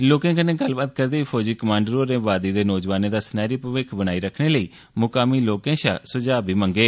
लोकें कन्नै गल्लबात करदे होई फौजी कमाण्डर होरें वादी दे नौजवानें दा सनेहरी भविक्ख बनाने लेई मुकामी लोकें शा सुझाव बी मंगे